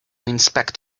inspect